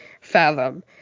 fathom